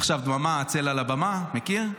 "עכשיו דממה, הצל על הבמה", מכיר?